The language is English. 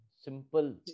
Simple